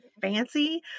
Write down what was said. fancy